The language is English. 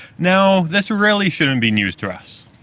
now, this really shouldn't be news to us.